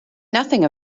nothing